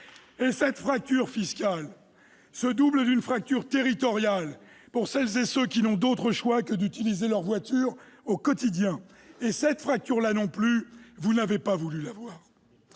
Cette fracture fiscale se double d'une fracture territoriale pour celles et ceux qui n'ont d'autres choix que d'utiliser leur voiture au quotidien. Cette fracture-là, vous n'avez pas non plus voulu